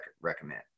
recommend